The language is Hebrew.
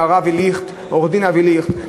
עורך-דין אבי ליכט,